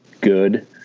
good